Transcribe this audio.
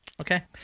Okay